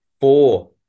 four